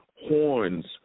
horns